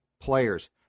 players